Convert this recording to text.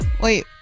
wait